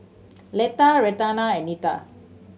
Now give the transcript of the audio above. Letha Renata and Nita